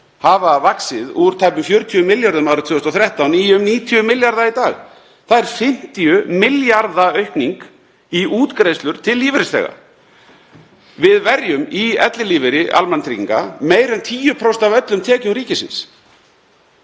hafa vaxið úr tæpum 40 milljörðum árið 2013 í um 90 milljarða í dag. Það er 50 milljarða aukning í útgreiðslur til lífeyrisþega. Við verjum í ellilífeyri almannatrygginga meira en 10% af öllum tekjum ríkisins,